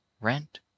rent